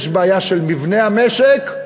יש בעיה של מבנה המשק,